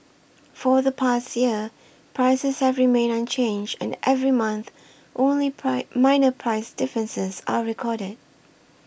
for the past year prices have remained unchanged and every month only price minor price differences are recorded